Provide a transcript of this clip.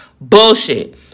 Bullshit